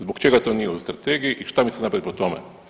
Zbog čega to nije u strategiji i šta mislite napraviti po tome?